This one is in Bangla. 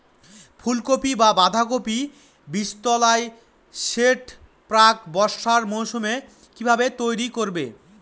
ফুলকপি বা বাঁধাকপির বীজতলার সেট প্রাক বর্ষার মৌসুমে কিভাবে তৈরি করব?